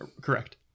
Correct